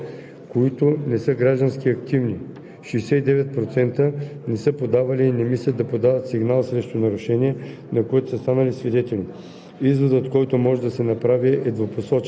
При проблем с личната сигурност 49% от младежите биха се обърнали към полицията. Следва да бъде отбелязан високият процент на младите хора, които не са граждански активни